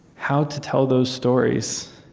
how to tell those stories?